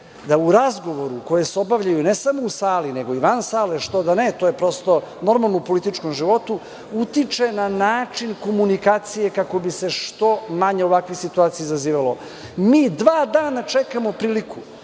da u razgovoru koji se obavlja, ne samo u sali, nego i van sale, što da ne, to je prosto normalno u političkom životu, utiče na način komunikacije kako bi se što manje ovakvih situacija izazivalo. Mi dva dana čekamo priliku